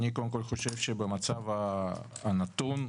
אני חושב שבמצב הנתון,